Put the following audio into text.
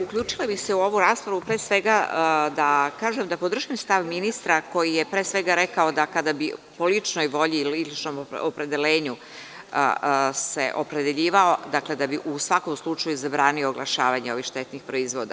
Uključila bih se u ovu raspravu pre svega da kažem da podržim stav ministra koji je pre svega rekao da kada bi po ličnoj volji i ličnom opredeljenju se opredeljivao da bi u svakom slučaju zabranio oglašavanje ovih štetnih proizvoda.